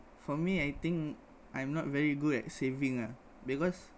for me I think I'm not very good at saving ah because